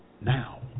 now